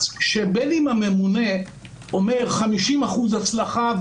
אז כשבין הממונה אומר 50% הצלחה,